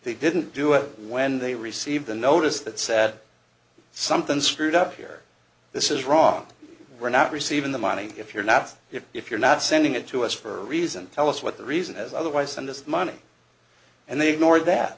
they didn't do it when they received the notice that said something screwed up here this is wrong we're not receiving the money if you're not if you're not sending it to us for a reason tell us what the reason is otherwise and this money and they ignored that